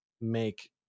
make